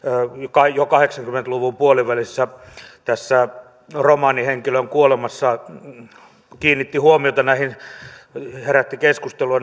kai jo kahdeksankymmentä luvun puolivälissä kaunokirjallisessa teoksessa romaanihenkilön kuolemassa kiinnitti huomiota näihin samoihin kysymyksiin herätti keskustelua